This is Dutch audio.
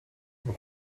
een